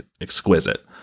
exquisite